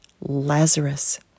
Lazarus